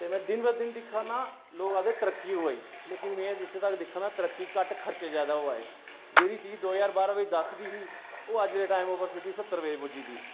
दिन ब दिन दिक्खा ना लोक आखदे तरक्की होआ दी लेकिन में जित्थूं तक दिक्खा न तरक्की घट्ट खर्चे जादा होआ दे ओह् ही चीज दो ज्हार बारां बिच दस दी ही ओह् अज्ज दे टैम उप्पर सत्तर रूपये पुज्जी गेई दी